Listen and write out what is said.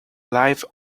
life